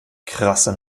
krasse